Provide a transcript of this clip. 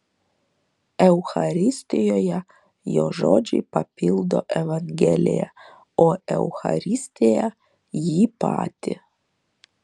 eucharistijoje jo žodžiai papildo evangeliją o eucharistija jį patį